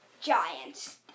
Giants